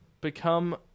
become